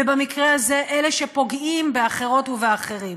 ובמקרה הזה, אלה שפוגעים באחרות ובאחרים.